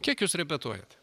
kiek jūs repetuojate